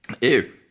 ew